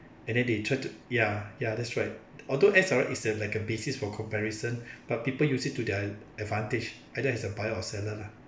and then they try to ya ya that's right although S_R_X is uh like a basis for comparison but people use it to their advantage either as a buyer or seller lah